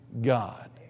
God